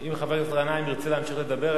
אם חבר הכנסת גנאים ירצה להמשיך לדבר,